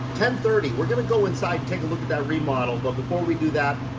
and thirty. we're gonna go inside, take a look at that remodel. but before we do that,